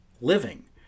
living